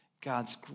God's